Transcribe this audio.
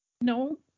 No